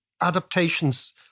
adaptations